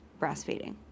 breastfeeding